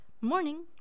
Morning